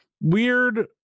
weird